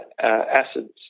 acids